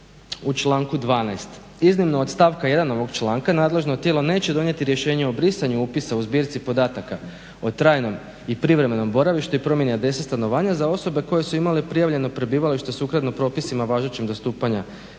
u članku 12. "Iznimno od stavka 1.ovog članka nadležno tijelo neće donijeti rješenje o brisanju upisa u zbirci podataka o trajnom i privremenom boravištu i promjeni adresa stanovanja za osobe koje su imale prijavljeno prebivalište sukladno propisima važećeg do stupanja